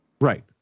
Right